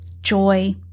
joy